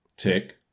Tick